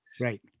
right